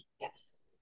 Yes